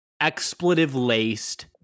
expletive-laced